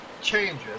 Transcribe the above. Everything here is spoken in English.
changes